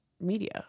media